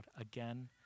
again